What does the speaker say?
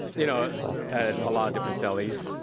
you know, i had a lot of different cellies.